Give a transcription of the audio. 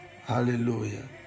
hallelujah